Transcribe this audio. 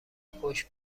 خوش